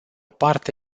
parte